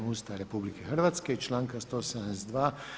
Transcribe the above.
Ustava RH i članka 172.